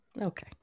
okay